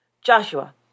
Joshua